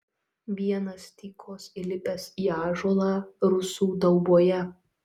vienas tykos įlipęs į ąžuolą rusų dauboje